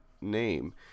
name